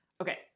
okay